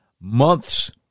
months